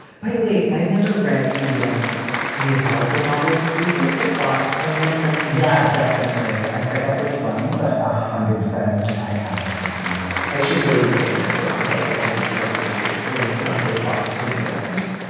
by the way. i've never read the um neapolitan novels is this the plot of one of them? yeah, definitely. i forget which one, but a hundred percent. i was like. i have read this summer i should really read elena ferrante, if only to recognize elena ferrante plots in the letters.